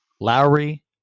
Lowry